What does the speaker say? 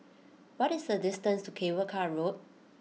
what is the distance to Cable Car Road